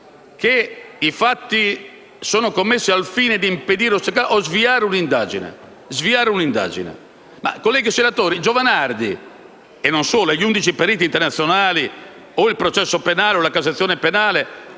che i fatti siano commessi al fine di impedire o sviare un'indagine; ma, colleghi senatori, quando Giovanardi, e non solo lui ma anche gli undici periti internazionali, il processo penale o la Cassazione penale,